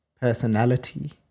Personality